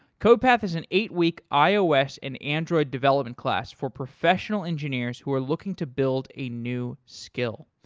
codepath is an eight week ios and android development class for professional engineers who are looking to build a new skill.